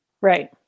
Right